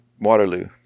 Waterloo